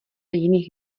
jiných